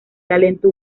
talento